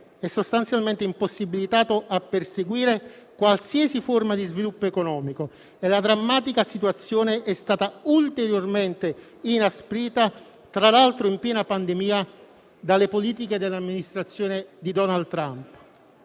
è sostanzialmente impossibilitato a perseguire qualsiasi forma di sviluppo economico e la drammatica situazione è stata ulteriormente inasprita, tra l'altro in piena pandemia, dalle politiche dell'Amministrazione di Donald Trump.